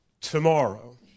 tomorrow